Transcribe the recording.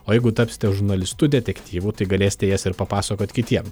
o jeigu tapsite žurnalistu detektyvu tai galėsite jas ir papasakot kitiem